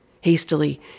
Hastily